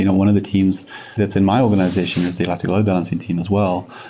you know one of the teams that's in my organization is the elastic load balancing team as well,